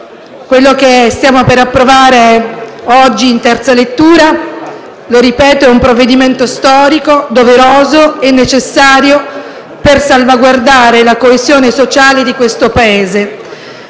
Quanto stiamo per approvare oggi in terza lettura - lo ripeto - è un provvedimento storico, doveroso e necessario per salvaguardare la coesione sociale di questo Paese.